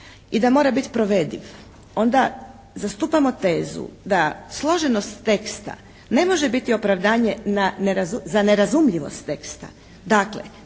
i da mora biti provediv onda zastupamo tezu da složenost teksta ne može biti opravdavanje za nerazumljivost teksta.